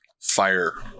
fire